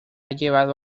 llevado